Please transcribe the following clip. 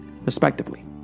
respectively